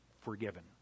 forgiven